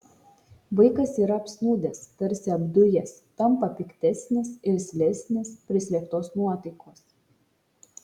vaikas yra apsnūdęs tarsi apdujęs tampa piktesnis irzlesnis prislėgtos nuotaikos